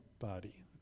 body